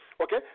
Okay